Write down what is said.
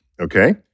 Okay